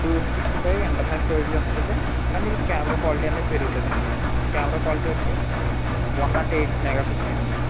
two sixty five internal storage వస్తుంది కానీ ఇది కెమెరా క్వాలిటీ అనేది పెరుగుతుందండి కెమెరా క్వాలిటీ వచ్చి వన్ నాట్ ఎయిట్ మెగా పిక్స్ల అండి ఇది